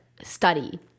study